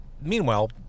meanwhile